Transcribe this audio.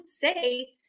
say